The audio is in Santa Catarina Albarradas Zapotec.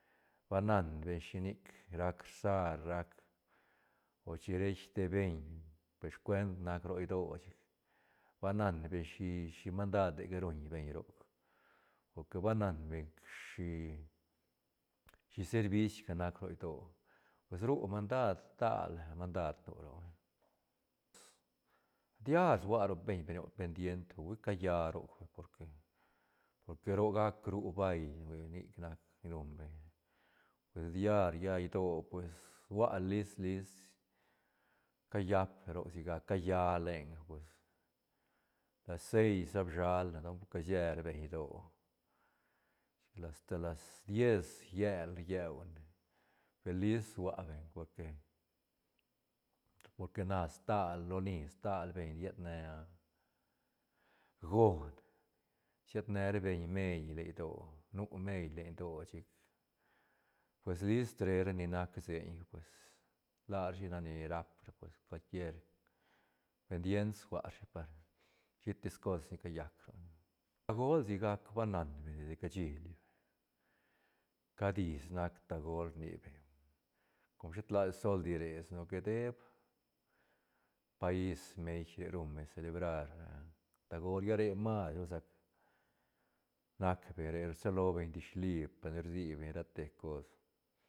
Ba nan beñ shinic rac rsar rac o chin reit te beñ pe scuent nac ro idoö chic ba nan beñ shi- shi mandadega ruñ beñ roc por que ba nan beñ shi servis ga nac ro idoö pues ru mandad stal mandad nu roc vay, diar sua ro beñ be roc pendient hui calla roc porque- porque ro gac ru bail hui nic nac ni ruñ beñ per diar lla idoö pues sua list- lits callap roc si gac calla lenga pues las seis a bshalne don se ra beñ idoö chic asta las diez llel rieune per list sua beñ porque- porque na stal loni stal beñ ried ne gón sied ne ra beñ meil len idoö nu meil len idoö chic pues list re ra ni nac seiñ pues larashi nac ni rap ra pues cual quier pendient suarashi par shitis cos ni callac roc, tagol sigac ba nan beñ desde cashili cad is nac tagol rni beñ com shet ladi sol di re sino que deeb país meij re ruñ beñ celebrar ra tagol lla re mais rusac nac beñ re rchilo beñ dish lipa rsi beñ rate cos.